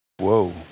Whoa